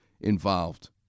involved